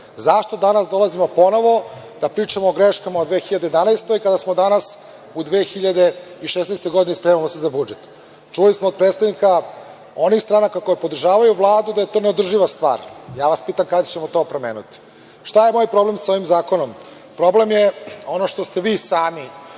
Zašto danas dolazimo ponovo da pričamo o greškama u 2011. godini kada smo danas u 2016. godini i spremamo se za budžet? Čuli smo od predstavnika onih stranaka koje podržavaju Vladu da je to neodrživa stvar. Ja vas pitam kada će se to promeniti? Šta je moj problem sa ovim zakonom? Problem je ono što ste vi sami